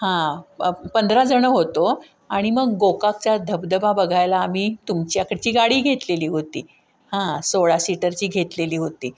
हां पंधराजणं होतो आणि मग गोकाकचा धबधबा बघायला आम्ही तुमच्याकडची गाडी घेतलेली होती हां सोळा सीटरची घेतलेली होती